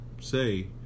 say